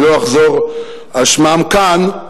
אני לא אחזור על שמם כאן,